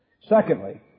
Secondly